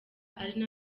ari